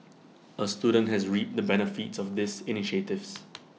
A student has reaped the benefits of these initiatives